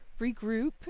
regroup